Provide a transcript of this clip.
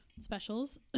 specials